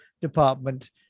Department